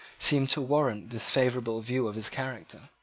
seem to warrant this favourable view of his character.